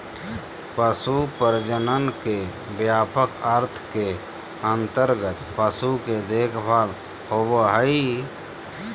पशु प्रजनन के व्यापक अर्थ के अंतर्गत पशु के देखभाल होबो हइ